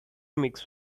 mix